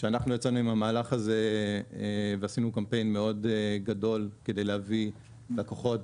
כשאנחנו יצאנו עם המהלך הזה ועשינו קמפיין מאוד גדול כדי להביא לקוחות,